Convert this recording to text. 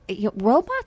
Robots